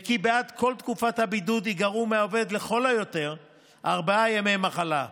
וכי בעד כל תקופת הבידוד ייגרעו מהעובד לכל יותר ארבעה ימי מחלה,